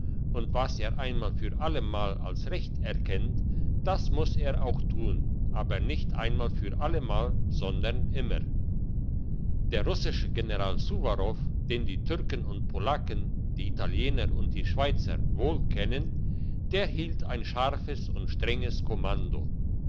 und was er einmal für allemal als recht erkennt das muss er auch tun aber nicht einmal für allemal sondern immer der russische general suwarow den die türken und polacken die italiener und die schweizer wohl kennen der hielt ein scharfes und strenges kommando